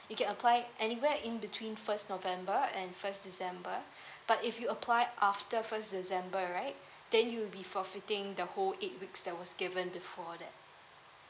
you can apply anywhere in between first november and first december but if you apply after first december right then it'll be forfeiting the whole eight weeks that was given before that